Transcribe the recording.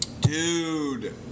dude